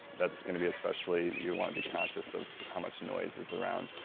that's going to be especially you want to be conscious of how much noise is around.